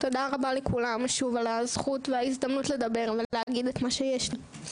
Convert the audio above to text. רבה לכולם שוב על הזכות וההזדמנות לדבר ולהגיד את מה שיש לי.